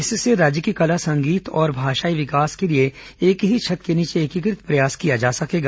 इससे राज्य की कला संगीत और भाषायी विकास के लिए एक ही छत के नीचे एकीकत प्रयास किया जा सकेगा